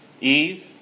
Eve